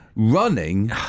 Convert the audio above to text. Running